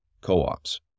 co-ops